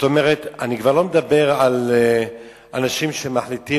אני כבר לא מדבר על אנשים שמחליטים